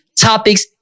topics